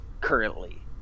currently